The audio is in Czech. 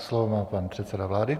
Slovo má pan předseda vlády.